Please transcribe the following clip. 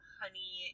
honey